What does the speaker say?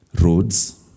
roads